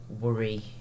worry